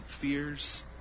fears